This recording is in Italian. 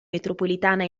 metropolitana